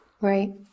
right